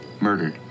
murdered